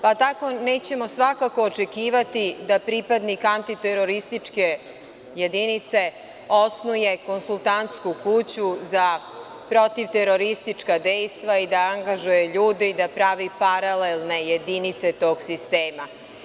Pa, tako ih nećemo svakako očekivati da pripadnika antiterorističke jedinice osnuje konsultantsku kuću za protivteroristička dejstva i da angažuje ljude i da pravi paralelne jedinice tog sistema.